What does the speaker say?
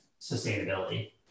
sustainability